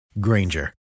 Granger